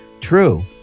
True